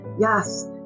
yes